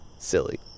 Silly